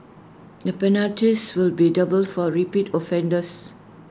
the penalties will be doubled for repeat offenders